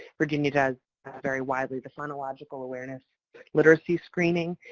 virginia does very widely the phonological awareness literacy screening.